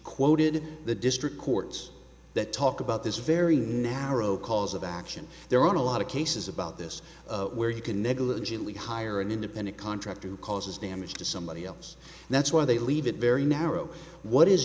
quoted the district courts that talk about this very narrow cause of action there are a lot of cases about this where you can negligently hire an independent contractor who causes damage to somebody else that's why they leave it very narrow what is